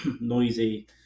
noisy